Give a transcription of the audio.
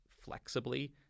flexibly